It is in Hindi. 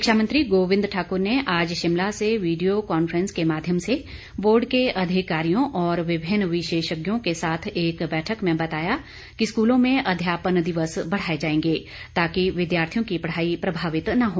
शिक्षा मंत्री गोविंद ठाकुर ने आज शिमला से वीडियो कांफ्रेंस के माध्यम से बोर्ड के अधिकारियों और विभिन्न विशेषज्ञों के साथ एक बैठक में बताया कि स्कूलों में अध्यापन दिवस बढ़ाए जाएंगे ताकि विद्यार्थियों की पढ़ाई प्रभावित न हो